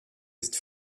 ist